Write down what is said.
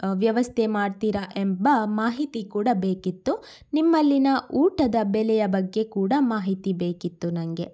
ವ್ಯವಸ್ಥೆ ಮಾಡ್ತೀರಾ ಎಂಬ ಮಾಹಿತಿ ಕೂಡ ಬೇಕಿತ್ತು ನಿಮ್ಮಲ್ಲಿನ ಊಟದ ಬೆಲೆಯ ಬಗ್ಗೆ ಕೂಡ ಮಾಹಿತಿ ಬೇಕಿತ್ತು ನನಗೆ